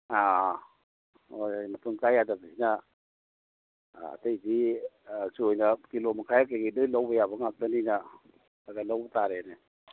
ꯑꯥ ꯍꯣꯏ ꯃꯄꯨꯟ ꯀꯥꯏ ꯌꯥꯗꯕꯅꯤꯅ ꯑꯇꯩꯗꯤ ꯆꯣꯏꯅ ꯀꯤꯂꯣ ꯃꯈꯥꯏ ꯀꯩꯀꯩ ꯂꯣꯏ ꯂꯧꯕ ꯌꯥꯕ ꯉꯥꯛꯇꯅꯤꯅ ꯈꯔꯈꯔ ꯂꯧꯕ ꯇꯥꯔꯦꯅꯦ